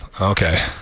Okay